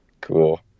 cool